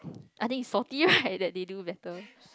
I think salty right that they do better